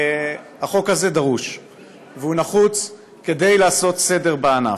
החוק הזה דרוש ונחוץ כדי לעשות סדר בענף.